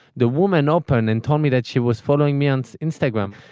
the woman open and told me that she was following months instagram.